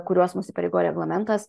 kuriuos mus įpareigoja reglamentas